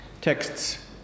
Texts